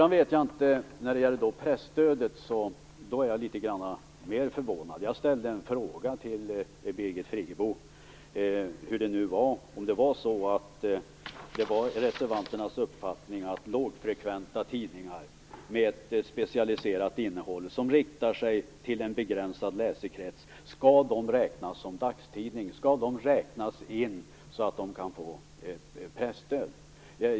När det gäller presstödet är jag litet mer förvånad. Jag ställde frågan till Birgit Friggebo om det var reservanternas uppfattning att lågfrekventa tidningar med ett specialiserat innehåll, vilka riktar sig till en begränsad läsekrets, skall räknas som dagstidningar och därmed få presstöd.